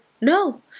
no